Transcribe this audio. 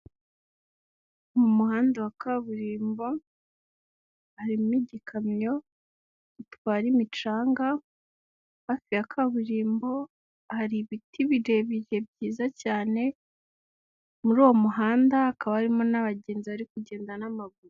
Mu muhanda wa kaburimbo harimo igikamyo gitwara imicanga, hafi ya kaburimbo hari ibiti birebire byiza cyane muri uwo muhanda hakaba harimo n'abagenzi bari kugenda n'amaguru.